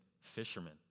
fishermen